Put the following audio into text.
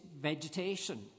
vegetation